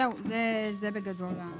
זה בגדול.